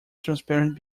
transparent